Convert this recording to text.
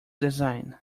design